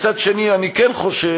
מצד שני, אני כן חושב,